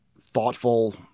thoughtful